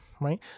right